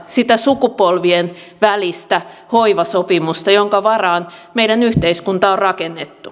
sitä sukupolvien välistä hoivasopimusta jonka varaan meidän yhteiskunta on rakennettu